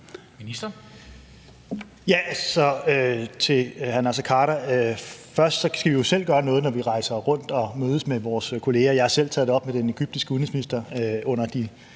Først skal vi jo selv gøre noget, når vi rejser rundt og mødes med vores kolleger. Jeg har selv taget det op med den egyptiske udenrigsminister